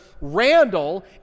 Randall